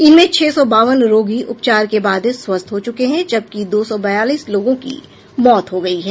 इनमें छह सौ बावन रोगी उपचार के बाद स्वस्थ हो चूके हैं जबकि दो सौ बयालिस लोगों की मौत हो गई है